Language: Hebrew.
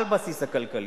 על הבסיס הכלכלי.